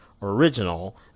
original